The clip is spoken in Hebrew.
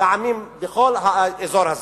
לעמים, בכל האזור הזה.